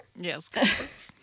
Yes